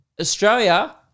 Australia